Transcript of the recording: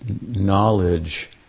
knowledge